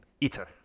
Eater